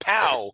Pow